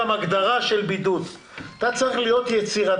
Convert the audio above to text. כפי שחושבו ביום הראשון של התקופה האמורה וכפי שצוין בבקשה לשיפוי שהגיש